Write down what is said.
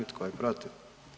I tko je protiv?